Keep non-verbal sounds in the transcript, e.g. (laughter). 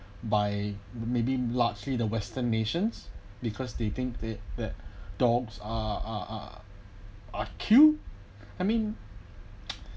by maybe largely the western nations because they think they that dogs are are are killed I mean (noise)